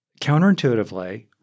counterintuitively